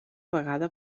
vegada